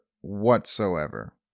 whatsoever